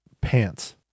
pants